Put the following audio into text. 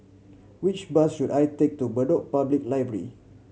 which bus should I take to Bedok Public Library